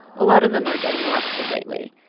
a lot of them are getting arrested lately.